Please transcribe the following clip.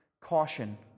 caution